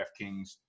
DraftKings